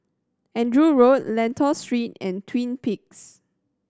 Andrew Road Lentor Street and Twin Peaks